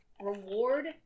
reward